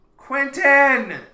Quentin